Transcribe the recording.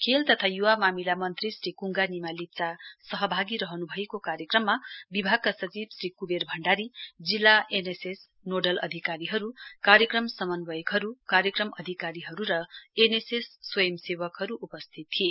खेल तथा य्वा मामिला मन्त्री श्री क्ङ्गा निमा लेप्चा सहभागी रहन्भएको कार्यक्रममा विभागका सचिव श्री क्बेर भण्डारी जिल्ला एनएसएस नोडल अधिकारीहरू कार्यक्रम समन्वयकहरू कार्यक्रम अधिकारीहरू र एनएसएस स्वयंसेवकहरू उपस्थित थिए